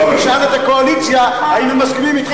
תשאל את הקואליציה אם הם מסכימים אתך.